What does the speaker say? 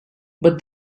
but